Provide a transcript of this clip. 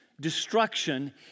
destruction